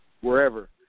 wherever